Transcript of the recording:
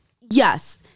yes